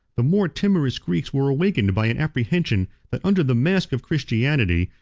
the more timorous greeks were awakened by an apprehension, that under the mask of christianity,